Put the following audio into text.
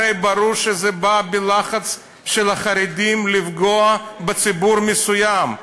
הרי ברור שזה בא בלחץ של החרדים לפגוע בציבור מסוים.